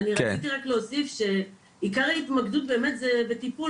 אני רציתי רק להוסיף שעיקר ההתמקדות באמת זה בטיפול,